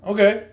Okay